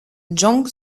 jong